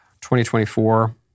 2024